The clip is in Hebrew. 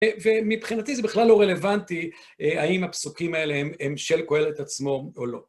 ומבחינתי, זה בכלל לא רלוונטי האם הפסוקים האלה הם של קהלת עצמו או לא.